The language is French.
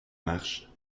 marches